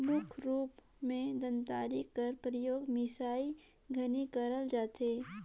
मुख रूप मे दँतरी कर परियोग मिसई घनी करल जाथे